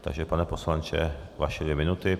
Takže pane poslanče, vaše dvě minuty.